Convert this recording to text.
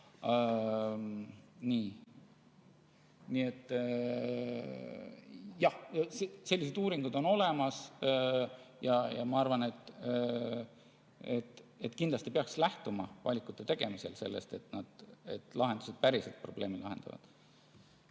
Nii et jah, selliseid uuringuid on olemas. Ma arvan, et kindlasti peaks valikute tegemisel lähtuma sellest, et lahendused päriselt probleemi lahendaksid.